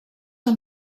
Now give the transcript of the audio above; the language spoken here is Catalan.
han